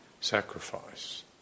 sacrifice